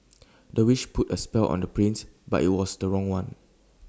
the witch put A spell on the prince but IT was the wrong one